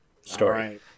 story